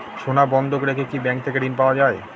সোনা বন্ধক রেখে কি ব্যাংক থেকে ঋণ পাওয়া য়ায়?